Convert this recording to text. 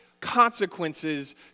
consequences